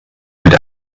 mit